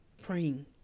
praying